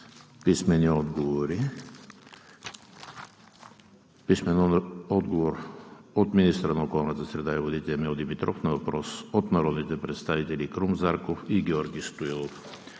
Писмени отговори от: - министъра на околната среда и водите Емил Димитров на въпрос от народните представители Крум Зарков и Георги Стоилов;